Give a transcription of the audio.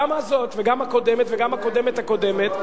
גם הזאת וגם הקודמת וגם הקודמת הקודמת,